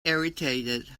irritated